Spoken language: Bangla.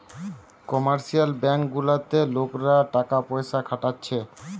কমার্শিয়াল ব্যাঙ্ক গুলাতে লোকরা টাকা পয়সা খাটাচ্ছে